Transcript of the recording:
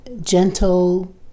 gentle